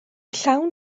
llawn